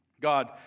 God